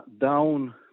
down